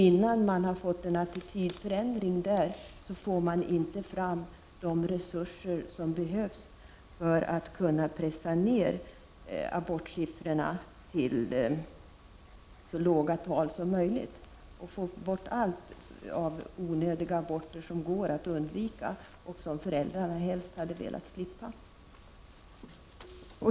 Innan vi har fått en attitydförändring på det området kan vi inte få fram de resurser som är nödvändiga för att vi skall kunna pressa ner abortsiffrorna till så låga tal som möjligt och få bort alla onödiga aborter som går att undvika, aborter som föräldrarna helst hade velat slippa.